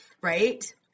right